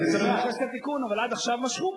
אז אני שמח שעשית תיקון, אבל עד עכשיו משכו.